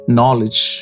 Knowledge